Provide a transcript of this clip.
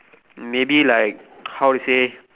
maybe like how to say